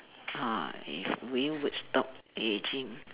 ah eh we would stop aging